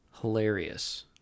Hilarious